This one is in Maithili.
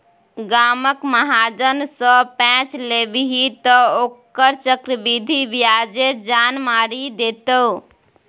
गामक महाजन सँ पैंच लेभी तँ ओकर चक्रवृद्धि ब्याजे जान मारि देतौ